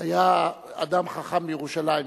היה אדם חכם בירושלים,